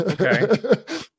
Okay